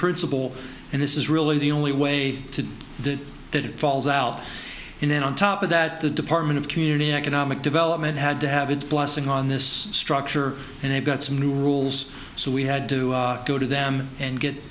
principle and this is really the only way to do that it falls out and then on top of that the department of community economic development had to have its blessing on this structure and they've got some new rules so we had to go to them and get